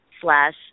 slash